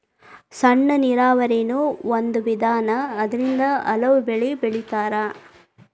ಸಣ್ಣ ನೇರಾವರಿನು ಒಂದ ವಿಧಾನಾ ಅದರಿಂದ ಹಲವು ಬೆಳಿ ಬೆಳಿತಾರ